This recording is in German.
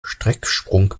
strecksprung